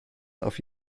auf